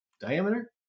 diameter